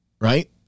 right